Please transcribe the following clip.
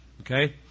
Okay